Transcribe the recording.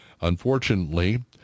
Unfortunately